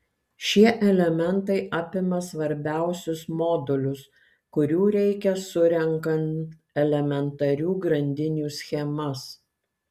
šie elementai apima svarbiausius modulius kurių reikia surenkant elementarių grandinių schemas